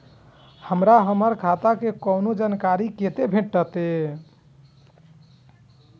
हमरा हमर खाता के कोनो जानकारी कते भेटतै